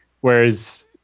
Whereas